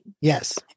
yes